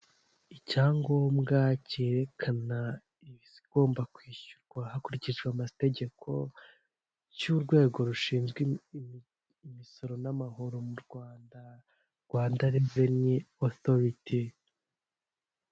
Icyangombwa kerekana ibigomba kwishyurwa hakurikijwe amategeko, cy'urwego rushinzwe imisoro n'amahoro mu Rwanda, Rwanda reveni otoriti.